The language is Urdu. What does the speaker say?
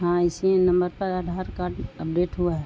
ہاں اسی نمبر پر آدھار کارڈ اپڈیٹ ہوا ہے